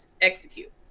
execute